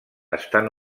estan